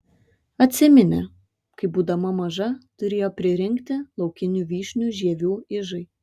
atsiminė kai būdama maža turėjo pririnkti laukinių vyšnių žievių ižai